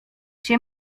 się